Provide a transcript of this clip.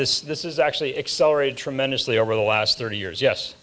this this is actually accelerated tremendously over the last thirty years yes